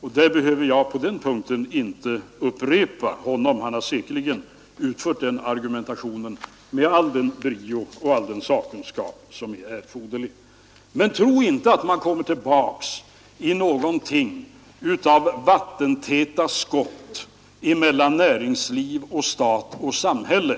På den punkten behöver jag inte upprepa vad han sade — han har säkerligen fört argumentationen med all den brio och sakkunskap som är erforderlig. Men tro inte att det kommer tillbaka någon sorts vattentäta skott mellan näringsliv och stat och samhälle.